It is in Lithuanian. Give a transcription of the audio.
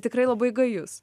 tikrai labai gajus